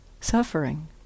suffering